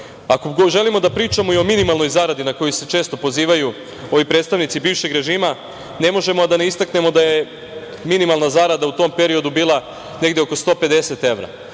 želimo da pričamo i o minimalnoj zaradi na koju se često pozivaju ovi predstavnici bivšeg režima, ne možemo a da ne istaknemo da je minimalna zarada u tom periodu bila negde oko 150 evra.